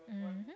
mmhmm